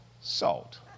salt